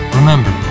Remember